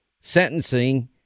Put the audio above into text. sentencing